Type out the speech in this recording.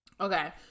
Okay